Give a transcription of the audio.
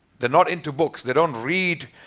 they're not into books. they don't read